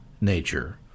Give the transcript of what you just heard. nature